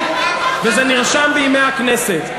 אני אחזור שוב, וזה נרשם ב"דברי הכנסת".